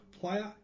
player